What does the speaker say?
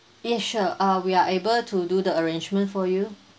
yes sure uh we are able to do the arrangement for you